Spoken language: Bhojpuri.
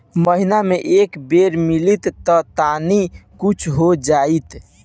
महीना मे एक बेर मिलीत त तनि कुछ हो जाइत